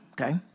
okay